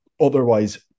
Otherwise